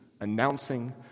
announcing